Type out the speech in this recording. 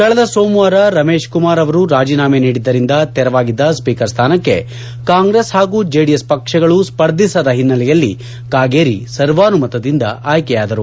ಕಳೆದ ಸೋಮವಾರ ರಮೇಶ್ ಕುಮಾರ್ ರಾಜೀನಾಮೆ ನೀಡಿದ್ದರಿಂದ ತೆರವಾಗಿದ್ದ ಸ್ಪೀಕರ್ ಸ್ಟಾನಕ್ಕೆ ಕಾಂಗ್ರೆಸ್ ಹಾಗೂ ಜೆಡಿಎಸ್ ಪಕ್ಷಗಳು ಸ್ವರ್ಧಿಸದ ಹಿನ್ನೆಲೆಯಲ್ಲಿ ಕಾಗೇರಿ ಸರ್ವಾನುತದಿಂದ ಆಯ್ಕೆಯಾದರು